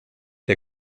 der